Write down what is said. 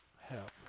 Help